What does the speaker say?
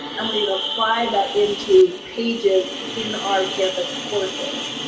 and we've applied that into pages in our canvas courses.